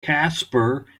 casper